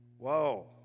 Whoa